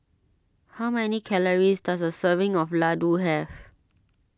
how many calories does a serving of Ladoo have